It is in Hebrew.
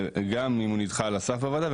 גם אם הוא נדחה על הסף בוועדה,